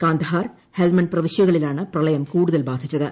കാന്ധഹാർ ഹെൽമണ്ട് പ്രവിശ്യകളിലാണ് പ്രളയം കൂടുതൽ ബാധിച്ചത്